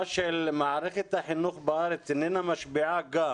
של מערכת החינוך בארץ איננה משפיעה גם